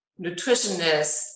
nutritionists